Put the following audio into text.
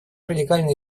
радикально